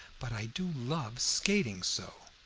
but i do love skating so.